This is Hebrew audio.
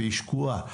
והיא שקועה.